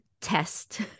test